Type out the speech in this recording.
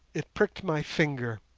it pricked my finger.